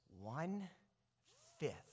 one-fifth